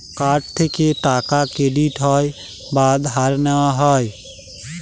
card থেকে টাকা credit হয় বা ধার নেওয়া হয়